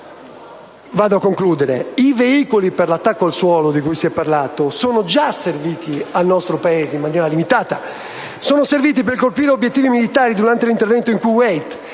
I veicoli per l'attacco al suolo, di cui si è parlato, sono già serviti al nostro Paese in maniera limitata per colpire obiettivi militari durante l'intervento in Kuwait,